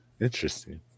Interesting